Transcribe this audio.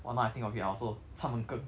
!wah! now I think of it I also